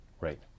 Right